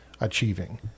achieving